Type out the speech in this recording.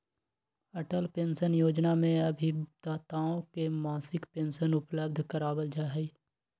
Atal pension योजना में अभिदाताओं के मासिक पेंशन उपलब्ध करावल जाहई